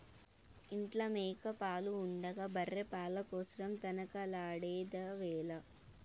ఇంట్ల మేక పాలు ఉండగా బర్రె పాల కోసరం తనకలాడెదవేల